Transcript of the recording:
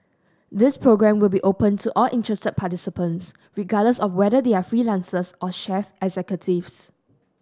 this programme will be open to all interested participants regardless of whether they are freelancers or chief executives